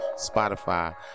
Spotify